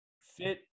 Fit